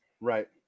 Right